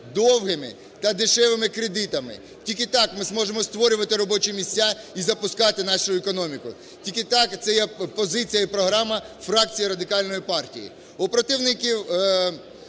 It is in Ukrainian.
довгими та дешевими кредитами. Тільки там ми зможемо створювати робочі місця і запускати нашу економіку. Тільки так, це є позиція і програма фракції Радикальної партії.